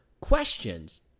questions